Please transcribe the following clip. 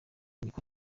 niko